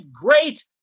great